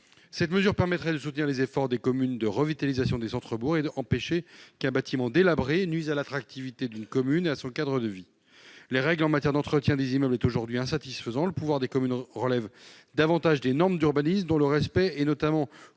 Cette mesure permettrait de soutenir les efforts de revitalisation des centres-bourgs effectués par les communes et d'éviter, par exemple, qu'un bâtiment délabré ne nuise à l'attractivité d'une commune et à son cadre de vie. Les règles en matière d'entretien des immeubles sont aujourd'hui insatisfaisantes ; le pouvoir des communes relève davantage des normes d'urbanisme, dont le respect est notamment